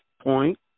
point